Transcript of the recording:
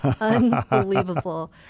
unbelievable